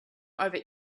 over